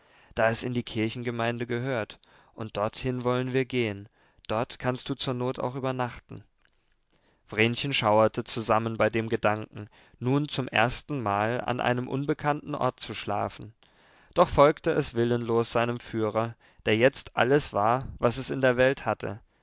da es in die kirchgemeinde gehört und dorthin wollen wir gehen dort kannst du zur not auch übernachten vrenchen schauerte zusammen bei dem gedanken nun zum erstenmal an einem unbekannten ort zu schlafen doch folgte es willenlos seinem führer der jetzt alles war was es in der welt hatte